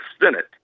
Senate